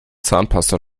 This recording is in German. zahnpasta